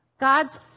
God's